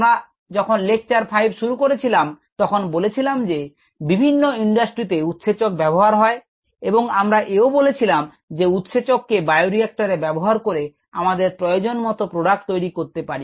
আমরা যখন লেকচার 5 শুরু করেছিলাম তখন বলেছিলাম যে বিভিন্ন ইন্ডাস্ট্রিতে উৎসেচক ব্যবহার হয় এবং আমরা এও বলেছিলাম যে একটি উৎসেচক কে বায়োরিক্টর এ ব্যবহার করে আমাদের প্রয়োজনমতো প্রোডাক্ট তৈরি করতে পারি